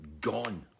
gone